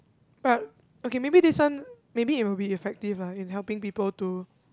but okay maybe this one maybe it will be effective lah in helping people to